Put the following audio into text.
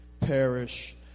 perish